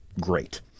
great